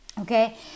okay